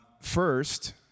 first